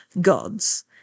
Gods